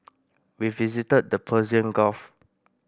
we visited the Persian Gulf